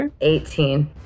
18